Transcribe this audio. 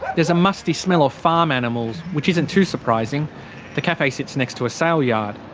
there's a musty smell of farm animals, which isn't too surprising the cafe sits next to a sale yard.